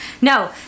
No